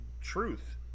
truth